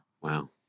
Wow